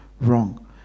wrong